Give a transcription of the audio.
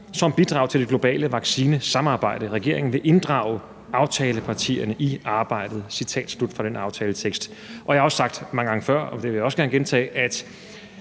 som bidrag til det globale vaccinesamarbejde. Regeringen vil inddrage aftalepartierne i arbejdet«. Jeg har også sagt det mange gange før, og det vil jeg også gerne gentage,